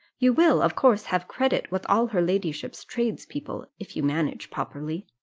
you will, of course, have credit with all her ladyship's tradespeople, if you manage properly.